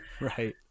Right